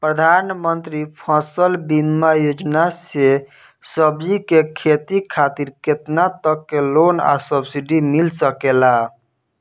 प्रधानमंत्री फसल बीमा योजना से सब्जी के खेती खातिर केतना तक के लोन आ सब्सिडी मिल सकेला?